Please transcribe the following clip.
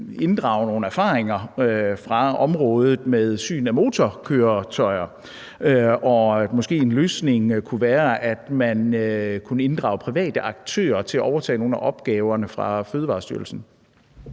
inddrage nogle erfaringer fra området med syn af motorkøretøjer, og at en løsning måske kunne være, at man kunne inddrage private aktører til at overtage nogle af opgaverne fra Fødevarestyrelsen?